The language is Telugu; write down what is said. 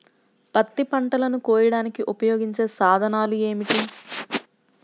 పత్తి పంటలను కోయడానికి ఉపయోగించే సాధనాలు ఏమిటీ?